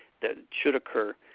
that should occur.